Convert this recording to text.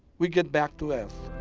we get back to earth.